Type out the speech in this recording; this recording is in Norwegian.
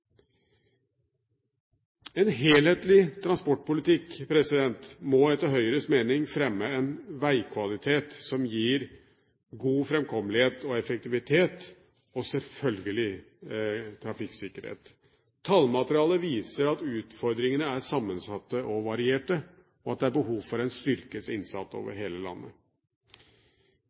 En helhetlig transportpolitikk må etter Høyres mening fremme en veikvalitet som gir god framkommelighet og effektivitet, og selvfølgelig trafikksikkerhet. Tallmaterialet viser at utfordringene er sammensatte og varierte, og at det er behov for en styrket innsats over hele landet.